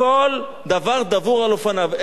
הכול דבר דבור על אופניו.